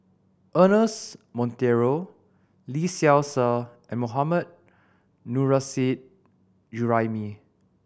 Ernest Monteiro Lee Seow Ser and Mohammad Nurrasyid Juraimi